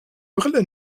brille